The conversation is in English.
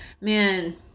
man